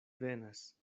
venas